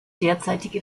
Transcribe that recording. derzeitige